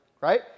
right